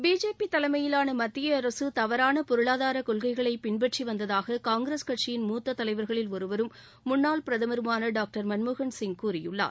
BJP தலைமையிலான மத்திய அரசு தவறான பொருளாதார கொள்கைகளை பின்பற்றி வந்ததாக காங்கிரஸ் கட்சியின் மூத்த தலைவர்களில் ஒருவரும் முன்னாள் பிரதமருமான டாக்டர் மன்மோகன் சிங் கூறியுள்ளார்